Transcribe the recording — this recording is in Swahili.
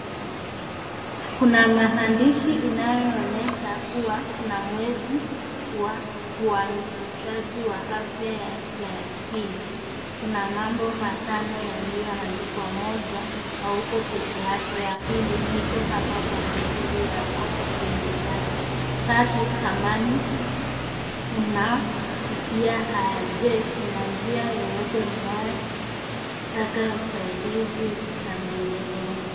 Kuna maandishi inayoonyesha kuwa kuna mwezi wa uhamasishaji wa afya ya kiakili. Kuna mambo matano yaliyoandikwa. Moja, hauko pekeako. Ya pili, niko hapa kwa ajili yako ukinihitaji. Tatu, samahani unapitia haya. Je, kuna njia yoyote unayotaka usaidizi?, na mengineyo.